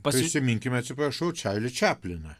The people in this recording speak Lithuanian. prisiminkime atsiprašau čarlį čapliną